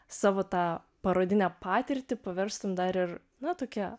savo tą parodinę patirtį paverstum dar ir na tokia